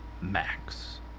max